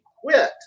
quit